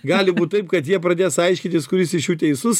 gali būt taip kad jie pradės aiškytis kuris iš jų teisus